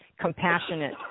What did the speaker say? compassionate